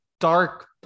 Dark